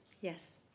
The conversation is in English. Yes